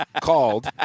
called